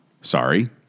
sorry